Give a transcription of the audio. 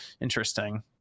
Interesting